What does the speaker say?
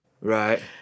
Right